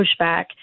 pushback